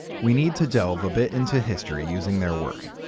we need to delve a bit into history using their work.